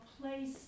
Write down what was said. place